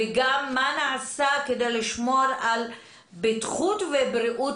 וגם מה נעשה כדי לשמור על בטיחות ובריאות